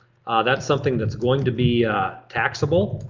that's something that's going to be taxable.